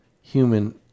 human